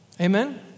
Amen